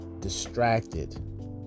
distracted